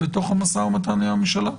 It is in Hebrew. זה במשא ומתן עם הממשלה.